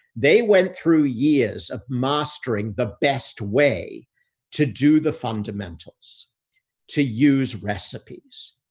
they went through years of mastering the best way to do the fundamentals to use recipes.